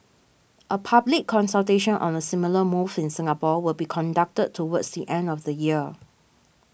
a public consultation on a similar move in Singapore will be conducted towards the end of the year